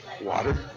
water